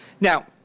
Now